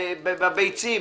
בביצים,